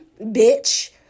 bitch